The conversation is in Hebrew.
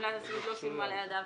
וגמלת הסיעוד לא שולמה לידיו